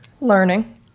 learning